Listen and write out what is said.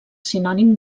sinònim